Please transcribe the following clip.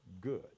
good